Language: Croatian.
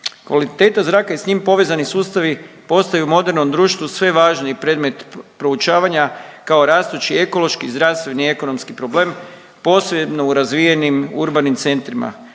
Kvaliteta zraka i s njim povezani sustavi postaju modernom društvu sve važniji predmet proučavanja kao rastući ekološki i zdravstveni ekonomski problem posebno u razvijenim urbanim centrima.